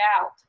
out